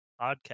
podcast